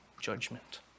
judgment